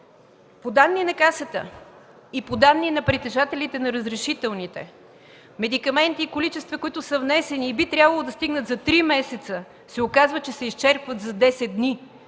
По данни на Касата и по данни на притежатели на разрешителните медикаменти и количества, които са внесени и би трябвало да стигнат за три месеца, се изчерпват за десет дни.